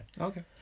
Okay